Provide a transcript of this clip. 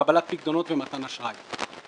- קבלת פיקדונות ומתן אשראי.